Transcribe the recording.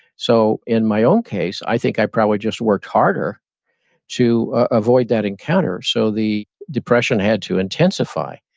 so in my own case, i think i probably just worked harder to avoid that encounter. so the depression had to intensify,